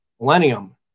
millennium